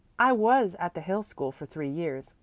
i was at the hill school for three years,